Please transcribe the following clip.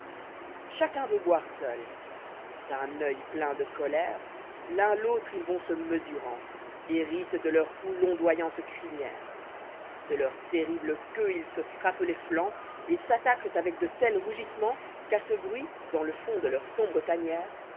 chacun veut boire seul d'un oeil plein de colère l'un l'autre ils vont se mesurans hérissent de leur cou l'ondoyante crinière de leur terrible qu'eue ils se frappent les flancs et s'attaquent avec de tels rugissements j qu'à ce bruit dans le fond de leur sombre tanière